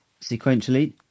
sequentially